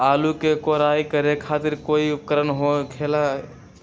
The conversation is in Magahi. आलू के कोराई करे खातिर कोई उपकरण हो खेला का?